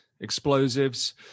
explosives